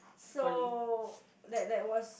so that that was